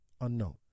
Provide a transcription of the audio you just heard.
unknown